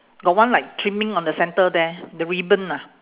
got one like trimming on the centre there the ribbon ah